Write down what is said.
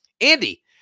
Andy